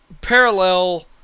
parallel